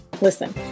Listen